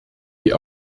die